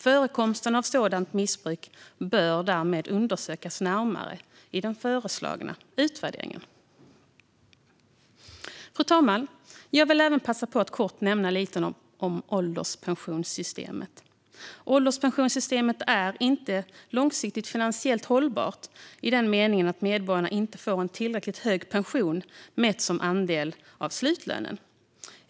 Förekomsten av sådant missbruk bör därmed undersökas närmare i den föreslagna utvärderingen. Fru talman! Jag vill även passa på att kort ta upp något om ålderspensionssystemet. Ålderspensionssystemet är inte långsiktigt finansiellt hållbart i den meningen att medborgarna inte får en tillräckligt hög pension, mätt som andel av slutlönen.